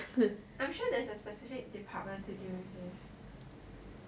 I'm sure there's a specific department to deal with it